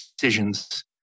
decisions